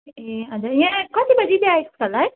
ए हजुर यहाँ कति बजी चाहिँ आइपुग्छ होला है